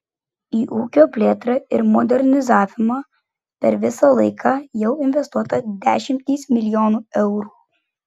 į ūkio plėtrą ir modernizavimą per visą laiką jau investuota dešimtys milijonų eurų